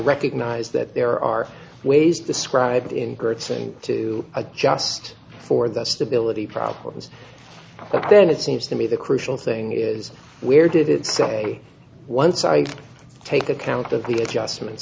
recognize that there are ways described in gertz and to adjust for the stability problems but then it seems to me the crucial thing is where did it say once i take account of the adjustments